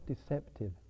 deceptive